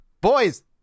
boys